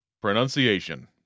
Pronunciation